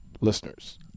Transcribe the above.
listeners